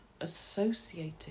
associated